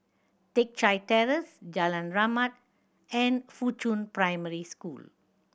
Teck Chye Terrace Jalan Rahmat and Fuchun Primary School